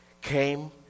came